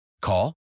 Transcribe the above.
Call